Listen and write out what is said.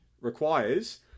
requires